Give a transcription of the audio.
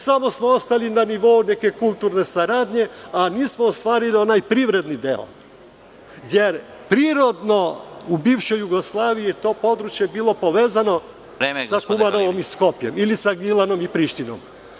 Samo smo ostali na nivou neke kulturne saradnje, a nismo ostvarili onaj privredni deo, jer prirodno u bivšoj Jugoslaviji je to područje bilo povezano sa Kumanovom i Skopljem ili sa Gnjilanom i Prištinom.